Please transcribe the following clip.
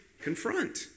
confront